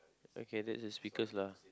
okay that is speakers lah